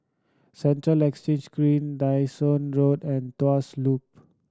Central Exchange Green Dyson Road and Tuas Loop